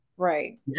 Right